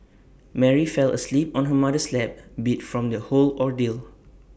Mary fell asleep on her mother's lap beat from the whole ordeal